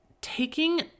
taking